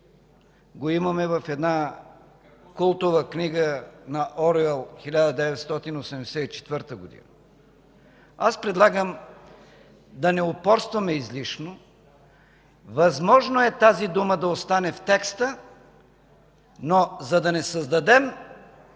го имаме в една култова книга на Оруел „1984”. Предлагам да не упорстваме излишно. Възможно е тази дума да остане в текста, но за да не създадем